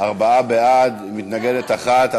ארבעה בעד, מתנגדת אחת.